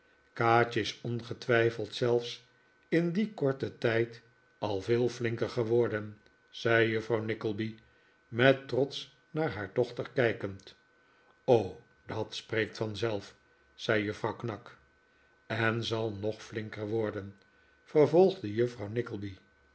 kaatje is ongetwijfeld zelfs in dien korten tijd al veel flinker geworden zei juffrouw nickleby met trots naar haar dochter kijkend o dat spreekt vanzelf zei juffrouw knag en zal nog flinker worden vervolgde juffrouw